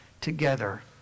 together